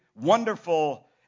wonderful